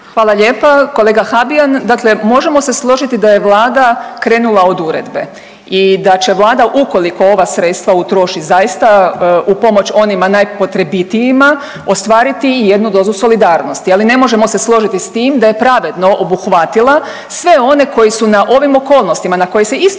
Hvala lijepa. Kolega Habijan dakle možemo se složiti da je Vlada krenula od Uredbe i da će Vlada ukoliko ova sredstva utroši zaista u pomoć onima najpotrebitijima ostvariti i jednu dozu solidarnosti. Ali ne možemo se složiti s tim da je pravedno obuhvatila sve one koji su na ovim okolnostima na koje se isto